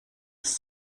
ist